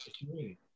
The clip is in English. community